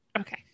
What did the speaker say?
Okay